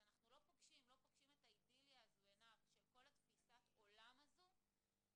אז אנחנו לא פוגשים את האידיליה הזאת של כל תפיסת העולם הזו בשטח.